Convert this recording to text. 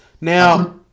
Now